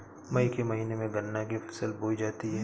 मई के महीने में गन्ना की फसल बोई जाती है